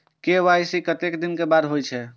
KYC कतेक दिन बाद होई छै?